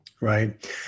Right